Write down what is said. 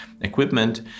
equipment